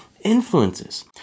influences